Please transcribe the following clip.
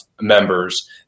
members